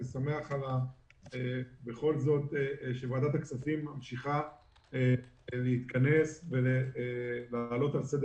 אני שמח שוועדת הכספים ממשיכה להתכנס ולהעלות על סדר